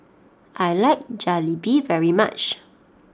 I like Jalebi very much